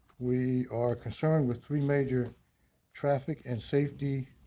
we are concerned with three major traffic and safety